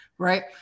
right